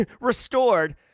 restored